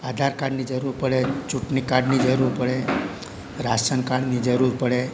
આધાર કાર્ડની જરૂર પડે ચૂંટણી કાડ જરૂર પડે રાશન કાર્ડની જરૂર પડે